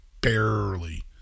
barely